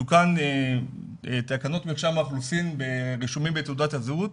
תוקנו תקנות מרשם האוכלוסין ברישומים בתעודת הזהות,